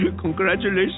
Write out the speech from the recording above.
Congratulations